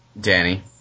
Danny